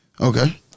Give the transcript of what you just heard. Okay